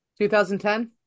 2010